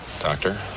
Doctor